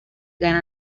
gana